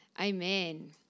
Amen